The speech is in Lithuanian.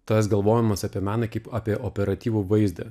tas galvojimas apie meną kaip apie operatyvų vaizdą